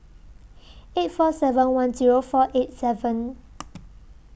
eight four seven one Zero four eight seven